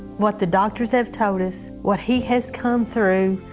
what the doctors have told us, what he has come through.